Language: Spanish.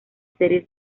series